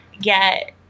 get